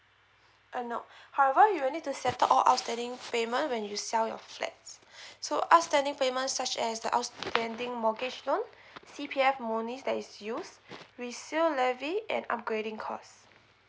uh nope however you will need to settle all outstanding payment when you sell your flats so outstanding payments such as the outstanding mortgage loan C_P_F money that is used resale levy an upgrading cost